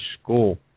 school